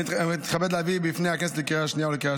אני מתכבד להביא בפני הכנסת לקריאה השנייה ולקריאה